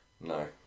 No